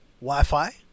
Wi-Fi